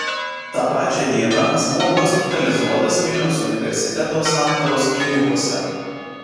tą pačią dieną asmuo hospitalizuotas vilniaus universiteto santaros klinikose